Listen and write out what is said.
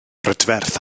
brydferth